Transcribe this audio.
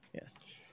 Yes